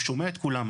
הוא שומע את כולם.